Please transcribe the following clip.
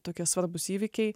tokie svarbūs įvykiai